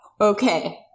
Okay